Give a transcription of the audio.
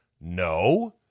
No